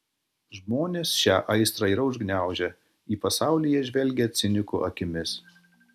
žmonės šią aistrą yra užgniaužę į pasaulį jie žvelgia cinikų akimis